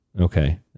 Okay